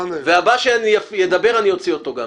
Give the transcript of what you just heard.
הבא שידבר אני אוציא אותו גם.